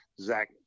Zach